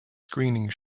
screening